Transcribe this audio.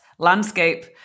landscape